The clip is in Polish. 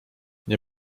nie